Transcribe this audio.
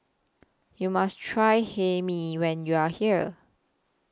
YOU must Try Hae Mee when YOU Are here